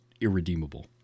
irredeemable